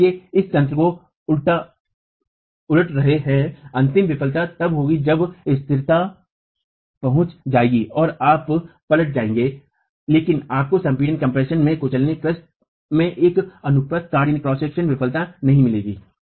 और इसलिए यह तंत्र को उलट रहा है अंतिम विफलता तब होगी जब स्थिरता पहुंच जाएगी और आप पलट जाएंगे लेकिन आपको संपीड़न में कुचलने में एक अनुप्रस्थ काट विफल नहीं मिलेगा